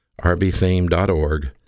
rbtheme.org